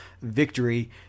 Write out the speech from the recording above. victory